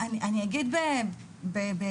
אני אגיד בזהירות